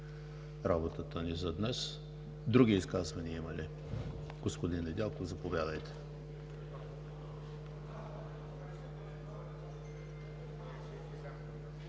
работата ни за днес. Други изказвания има ли? Господин Недялков, заповядайте.